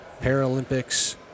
Paralympics